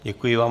Děkuji vám.